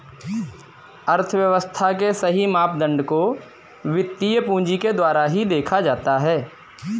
अर्थव्यव्स्था के सही मापदंड को वित्तीय पूंजी के द्वारा ही देखा जाता है